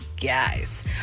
Guys